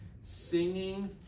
singing